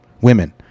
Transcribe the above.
Women